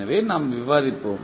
எனவே நாம் விவாதிப்போம்